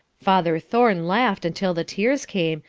father thorne laughed until the tears came,